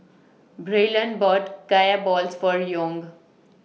Braylon bought Kaya Balls For Young